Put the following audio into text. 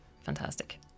fantastic